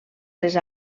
les